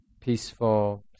peaceful